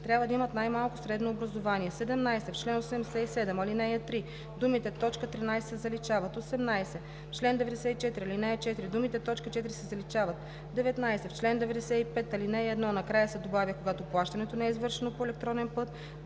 трябва да имат най-малко средно образование.“ 17. В чл. 87, ал. 3 думите „т. 13“ се заличават. 18. В чл. 94, ал. 4 думите „т. 4“ се заличават. 19. В чл. 95, ал. 1 накрая се добавя „когато плащането не е извършено по електронен път“.